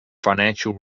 financial